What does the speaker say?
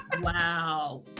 Wow